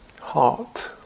heart